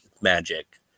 magic